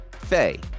Faye